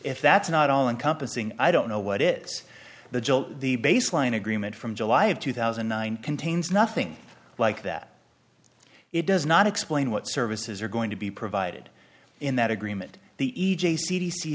if that's not all encompassing i don't know what is the the baseline agreement from july of two thousand and nine contains nothing like that it does not explain what services are going to be provided in that agreement the e